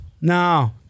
no